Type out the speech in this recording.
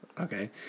Okay